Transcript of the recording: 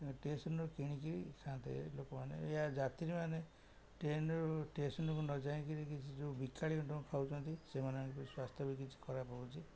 ଷ୍ଟେସନ୍ରୁ କିଣି କରି ଖାଇଥାଆନ୍ତି ଲୋକମାନେ ଏହାୟ ଯାତ୍ରୀମାନେ ଟ୍ରେନରୁ ଷ୍ଟେସନକୁ ନ ଯାଇ କିରି କିଛି ଯେଉଁ ବିକାଳିଙ୍କ ଠୁ ଖାଉଚନ୍ତି ସେମାନଙ୍କ ସ୍ୱାସ୍ଥ୍ୟ ବି କିଛି ଖରାପ ହେଉଛି